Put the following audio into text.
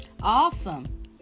awesome